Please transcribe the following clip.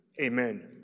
Amen